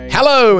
Hello